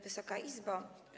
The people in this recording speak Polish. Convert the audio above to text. Wysoka Izbo!